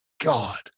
God